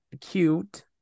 Cute